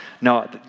No